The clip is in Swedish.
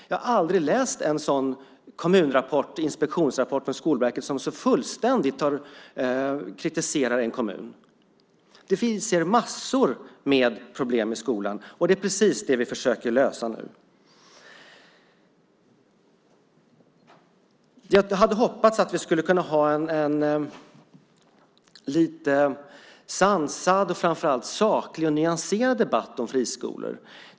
Jag har aldrig läst en sådan inspektionsrapport från Skolverket som så fullständigt kritiserar en kommun. Det finns massor med problem i skolan. Det är precis det vi försöker lösa nu. Jag hade hoppats att vi skulle kunna ha en lite sansad och framför allt saklig och nyanserad debatt om friskolor.